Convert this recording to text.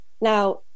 Now